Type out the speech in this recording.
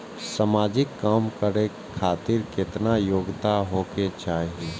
समाजिक काम करें खातिर केतना योग्यता होके चाही?